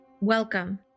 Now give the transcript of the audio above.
Welcome